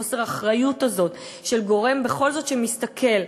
חוסר האחריות הזה של גורם שבכל זאת מסתכל,